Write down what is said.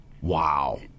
Wow